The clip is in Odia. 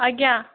ଆଜ୍ଞା